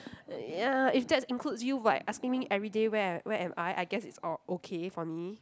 ya if that's includes you by asking me every day where I where am I I guess it's oh okay for me